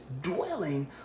dwelling